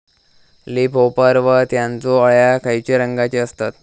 Leaf hopper व त्यानचो अळ्या खैचे रंगाचे असतत?